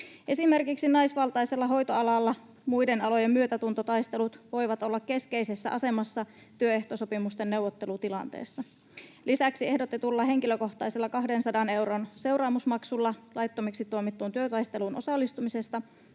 Esimerkiksi naisvaltaisella hoitoalalla muiden alojen myötätuntotaistelut voivat olla keskeisessä asemassa työehtosopimusten neuvottelutilanteessa. Lisäksi ehdotetulla henkilökohtaisella 200 euron seuraamusmaksulla laittomaksi tuomittuun työtaisteluun osallistumisesta